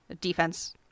defense